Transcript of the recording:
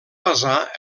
basar